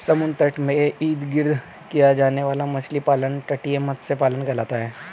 समुद्र तट के इर्द गिर्द किया जाने वाला मछली पालन तटीय मत्स्य पालन कहलाता है